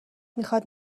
میخاد